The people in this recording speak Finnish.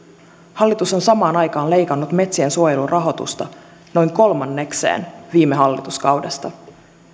hallitus on samaan aikaan leikannut metsien suojelun rahoitusta noin kolmannekseen viime hallituskaudesta